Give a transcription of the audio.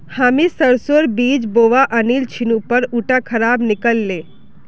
हामी सरसोर बीज बोवा आनिल छिनु पर उटा खराब निकल ले